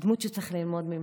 דמות שצריך ללמוד ממנה.